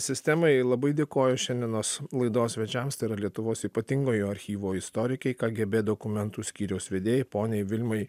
sistemai labai dėkoju šiandienos laidos svečiams tai yra lietuvos ypatingojo archyvo istorikei kgb dokumentų skyriaus vedėjai poniai vilmai